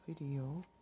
video